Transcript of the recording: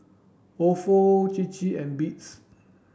Ofo Chir Chir and Beats